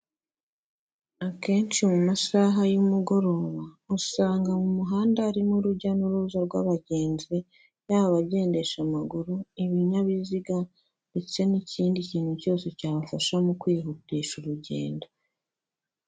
Akenshi mu masaha y'umugoroba, usanga mu muhanda harimo urujya n'uruza rw'abagenzi, yaba abagendesha amaguru, ibinyabiziga ndetse n'ikindi kintu cyose cyabafasha mu kwihutisha urugendo.